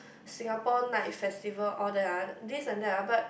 Singapore Night Festival all that ah this and that ah but